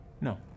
No